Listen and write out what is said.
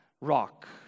rock